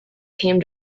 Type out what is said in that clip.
came